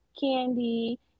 candy